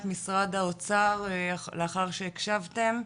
את משרד האוצר לאחר שהקשבתם,